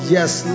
Yes